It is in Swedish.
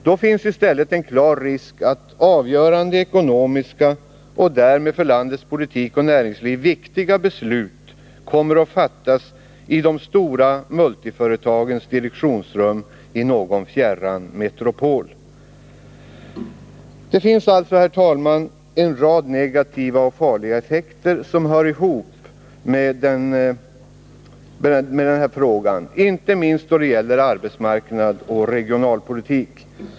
Då finns i stället en klar risk för att avgörande ekonomiska och därmed för landets politik och näringsliv viktiga beslut kommer att fattas i de stora multiföretagens direktionsrum i någon fjärran metropol. Det finns alltså, herr talman, en rad negativa och farliga effekter som hör ihop med denna fråga, inte minst då det gäller arbetsmarknad och regionalpolitik.